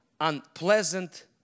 unpleasant